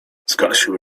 zgasił